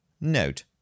Note